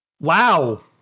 Wow